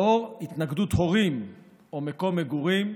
בשל התנגדות הורים או מקום מגורים,